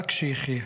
רק שיחיה.